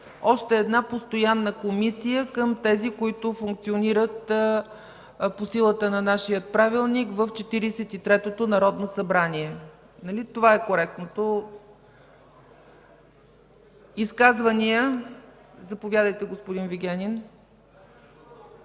още една постоянна комисия към тези, които функционират по силата на нашия Правилник в Четиридесет и третото народно събрание. Това е коректното. Изказвания? Заповядайте, господин Вигенин.